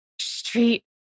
street